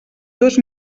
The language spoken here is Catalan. dos